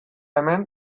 hemen